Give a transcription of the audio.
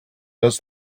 does